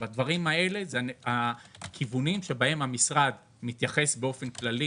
אלה הכיוונים שהמשרד מתייחס באופן כללי